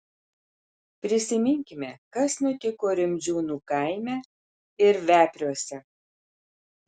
prisiminkime kas nutiko rimdžiūnų kaime ir vepriuose